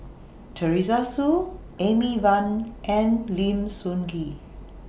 Teresa Hsu Amy Van and Lim Sun Gee